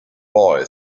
boy